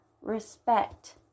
respect